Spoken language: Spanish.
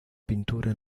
pintura